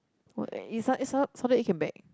well it it it started started to came back